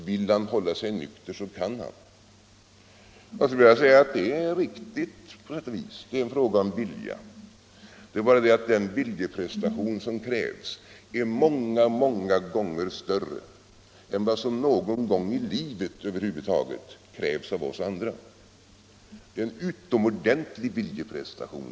Vill någon hålla sig nykter, så kan han det. Jag skulle vilja säga att det är riktigt på sätt och vis. Det är en fråga om vilja — det är bara det att den viljeprestation som krävs i dessa fall är många gånger större än vad som över huvud taget någon gång i livet krävs av oss andra. Det gäller en utomordentlig viljeprestation.